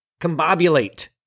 combobulate